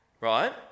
Right